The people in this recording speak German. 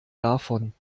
davon